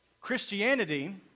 Christianity